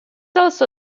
also